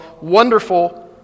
Wonderful